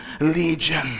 Legion